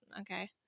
okay